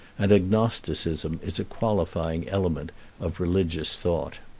and agnosticism is a qualifying element of religious thought.